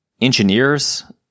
engineers